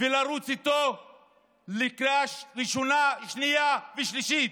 ולרוץ איתו לקריאה ראשונה, שנייה ושלישית,